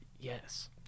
yes